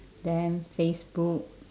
them facebook